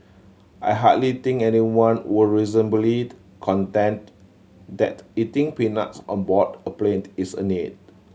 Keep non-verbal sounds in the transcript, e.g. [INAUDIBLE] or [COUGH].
I hardly think anyone would reasonably [UNINTELLIGIBLE] contend that eating peanuts on board a plane is a need